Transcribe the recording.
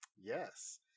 Yes